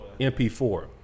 mp4